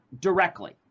directly